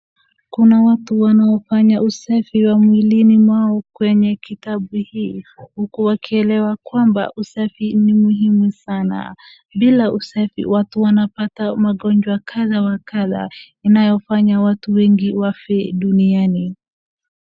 Kuna watu wanaofanya usafi wa mwilini mwao kwenye kitabu hii, huku wakielewa kwamba usafi ni muhimu sana. Bila usafi watu wanapata magonjwa kadhaa wa kadhaa inayofanya watu wengi wafe duniani.